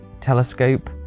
Telescope